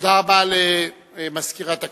תודה רבה למזכירת הכנסת.